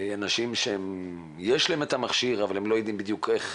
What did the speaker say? אנשים שיש להם את המכשיר אבל הם לא יודעים בדיוק איך